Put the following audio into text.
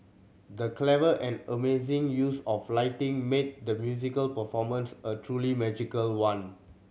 the clever and amazing use of lighting made the musical performance a truly magical one